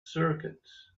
circuits